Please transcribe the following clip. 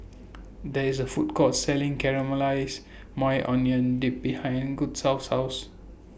There IS A Food Court Selling Caramelized Maui Onion Dip behind Gustavus' House